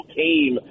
came